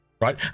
right